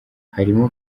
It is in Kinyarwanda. harimo